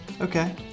Okay